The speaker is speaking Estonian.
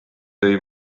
tõi